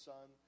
Son